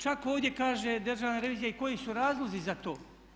Čak ovdje kaže državna revizija i koji su razlozi za to.